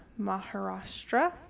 Maharashtra